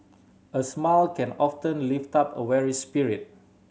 a smile can often lift up a weary spirit